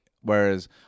whereas